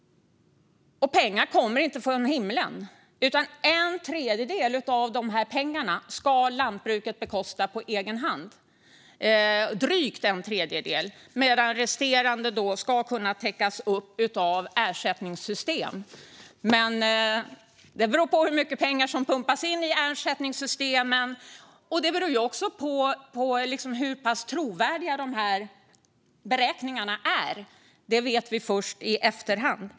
Pengar kommer inte från himlen - lantbruket ska bekosta en dryg tredjedel på egen hand medan resterande ska kunna täckas upp av ersättningssystem. Det beror dock på hur mycket pengar som pumpas in i ersättningssystemen, och det beror också på hur pass trovärdiga de här beräkningarna är. Detta vet vi först i efterhand.